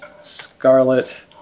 Scarlet